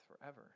forever